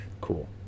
Cool